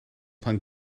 pan